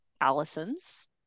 Allisons